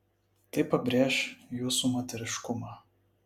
tai pabrėš jūsų moteriškumą